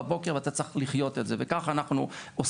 לבת של אדם קשיש שתבצע עבורו פעולה וכהנה וכהנה.